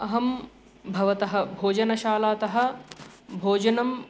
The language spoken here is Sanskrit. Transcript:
अहं भवतः भोजनशालातः भोजनम्